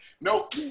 nope